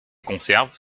conserves